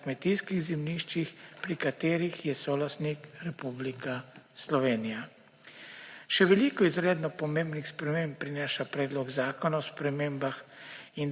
na kmetijskih zemljiščih, pri katerih je solastnik Republika Slovenija. Še veliko izredno pomembnih sprememb prinaša Predlog zakona o spremembah